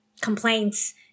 complaints